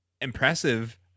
impressive